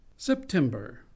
September